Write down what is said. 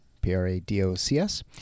P-R-A-D-O-C-S